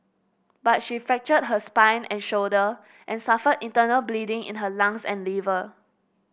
but she fractured her spine and shoulder and suffered internal bleeding in her lungs and liver